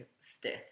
stiff